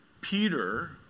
Peter